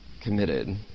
committed